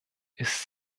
ist